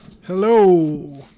hello